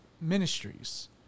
ministries